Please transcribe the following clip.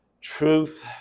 truth